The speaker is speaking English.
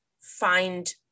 find